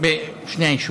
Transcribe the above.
בשני היישובים,